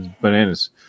bananas